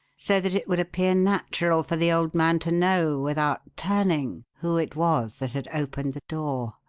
so that it would appear natural for the old man to know, without turning, who it was that had opened the door.